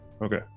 Okay